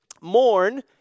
mourn